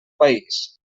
país